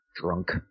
Drunk